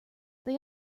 they